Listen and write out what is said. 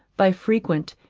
by frequent,